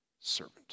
servant